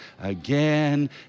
again